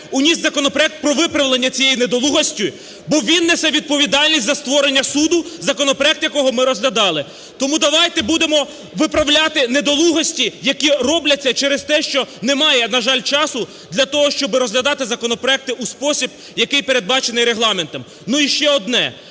вніс і законопроект про виправлення цієї недолугості. Бо він несе відповідальність за створення суду, законопроект якого ми розглядали. Тому давайте будемо виправляти недолугості, які робляться через те, що немає, на жаль, часу для того, щоб розглядати законопроекти у спосіб, який передбачений Регламентом. Ну, і ще одне.